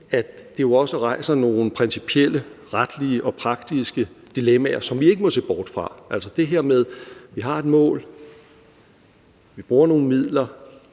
det også rejser nogle principielle retslige og praktiske dilemmaer, som vi ikke må se bort fra. Det er altså det her med, at vi har et mål, vi bruger nogle midler,